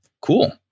Cool